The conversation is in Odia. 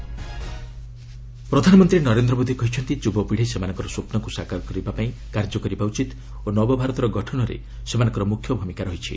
ପିଏମ୍ ୟୁଥ୍ ପାର୍ଲାମେଣ୍ଟ ପ୍ରଧାନମନ୍ତ୍ରୀ ନରେନ୍ଦ୍ର ମୋଦି କହିଛନ୍ତି ଯୁବପିଡ଼ି ସେମାନଙ୍କର ସ୍ୱପ୍ନକୁ ସାକାର କରିବାପାଇଁ କାର୍ଯ୍ୟ କରିବା ଉଚିତ ଓ ନବଭାରତର ଗଠନରେ ସେମାନଙ୍କର ମୁଖ୍ୟ ଭୂମିକା ରହିଛି